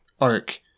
arc